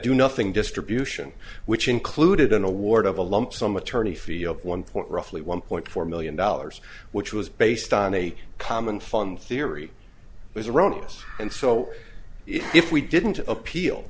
do nothing distribution which included an award of a lump sum attorney feo of one point roughly one point four million dollars which was based on a common fun theory was erroneous and so if we didn't appeal